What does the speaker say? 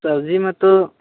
sir ji मैं तो